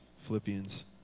Philippians